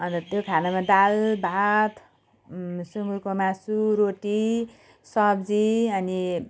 अन्त त्यो खानामा दाल भात सुँगुरको मासु रोटी सब्जी अनि